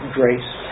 grace